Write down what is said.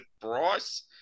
Bryce